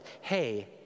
hey